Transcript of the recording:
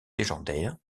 légendaire